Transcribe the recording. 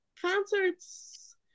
concerts